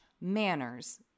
manners